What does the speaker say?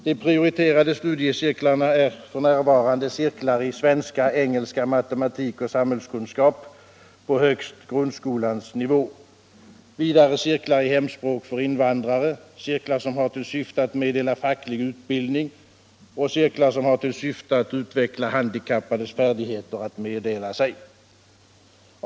De prioriterade studiecirklarna är f.n. cirklar i svenska, engelska, matematik och samhällskunskap på högst grundskolans nivå, vidare cirklar i hemspråk för invandrare, cirklar som har till syfte att meddela facklig utbildning och cirklar som har till syfte att utveckla handikappades färdigheter att meddela sig.